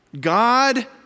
God